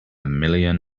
million